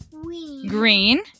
Green